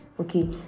Okay